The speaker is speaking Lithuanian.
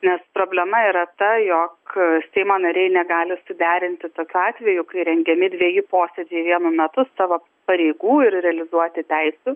nes problema yra ta jog seimo nariai negali suderinti tokiu atveju kai rengiami dveji posėdžiai vienu metu savo pareigų ir realizuoti teises